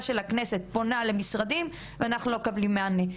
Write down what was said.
של כנסת ישראל פונה למשרדים ואנחנו לא מקבלים מענה.